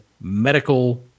medical